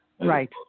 right